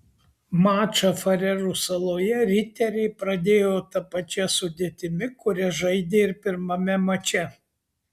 mačą farerų saloje riteriai pradėjo ta pačia sudėtimi kuria žaidė ir pirmame mače